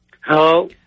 Hello